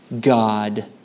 God